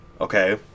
Okay